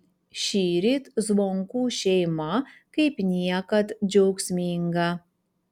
šįryt zvonkų šeima kaip niekad džiaugsminga